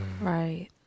Right